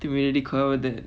to be really crowded